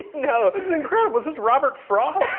know. it's incredible. is this robert frost?